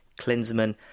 Klinsmann